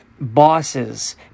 bosses